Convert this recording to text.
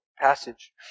passage